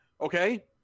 Okay